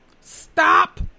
stop